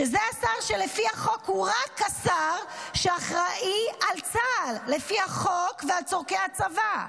שזה השר שלפי החוק רק הוא השר שאחראי על צה"ל ועל צורכי הצבא,